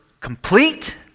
complete